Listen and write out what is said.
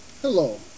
Hello